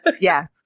Yes